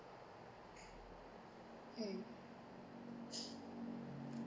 mm